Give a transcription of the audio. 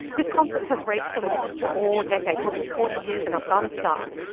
this conflict has raged for more than four decades, more than forty years in afghanistan.